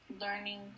learning